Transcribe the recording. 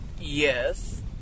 Yes